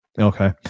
Okay